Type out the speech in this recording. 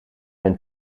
hun